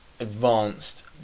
advanced